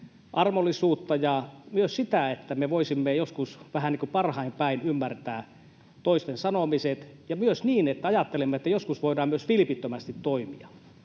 ja myös sitä, että me voisimme joskus vähän niin kuin parhain päin ymmärtää toisten sanomiset, ja myös sitä, että ajattelemme, että joskus voidaan myös vilpittömästi toimia.